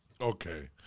okay